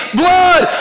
blood